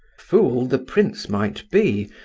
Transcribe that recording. fool the prince might be,